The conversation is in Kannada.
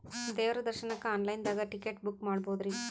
ದೇವ್ರ ದರ್ಶನಕ್ಕ ಆನ್ ಲೈನ್ ದಾಗ ಟಿಕೆಟ ಬುಕ್ಕ ಮಾಡ್ಬೊದ್ರಿ?